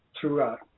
throughout